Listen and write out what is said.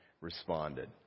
responded